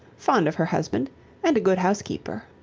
fond of her husband and a good housekeeper.